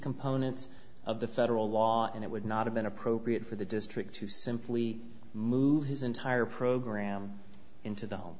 components of the federal law and it would not have been appropriate for the district to simply move his entire program into the home